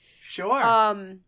Sure